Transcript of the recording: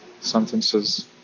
sentences